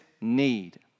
need